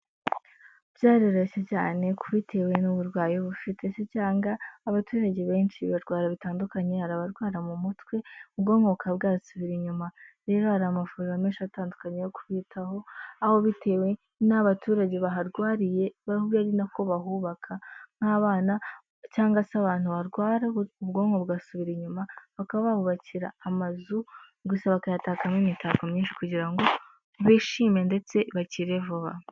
Byaroroshye cyane ko bitewe n'uburwayi bufite se, cyangwa abaturage benshi barwara bitandukanye hari abarwara mu mutwe ubwonko bukaba bwasubira inyuma rero hari amavuriro menshi atandukanye yo kuyitaho aho bitewe n'abaturage baharwariye ari nako bahubaka. nk'abana cyangwa se abantu barwara ubwonko bugasubira inyuma bakabububakira amazu. gusa bakayatakamo imitako myinshi kugira ngo bishime ndetse bakire vuba.